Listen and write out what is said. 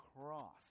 cross